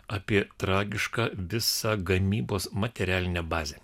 apie tragišką visą gamybos materialinę bazę